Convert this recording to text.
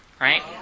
right